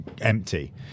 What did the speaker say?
empty